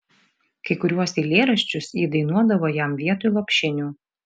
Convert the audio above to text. kai kuriuos eilėraščius ji dainuodavo jam vietoj lopšinių